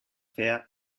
fea